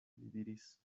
diris